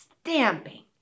stamping